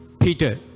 Peter